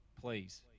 Please